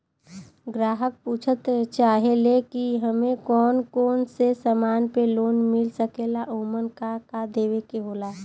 ग्राहक पुछत चाहे ले की हमे कौन कोन से समान पे लोन मील सकेला ओमन का का देवे के होला?